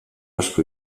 asko